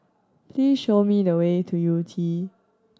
please show me the way to Yew Tee